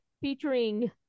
featuring